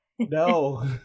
no